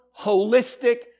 holistic